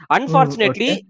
Unfortunately